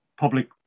public